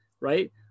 right